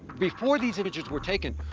before these images were taken,